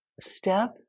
step